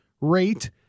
rate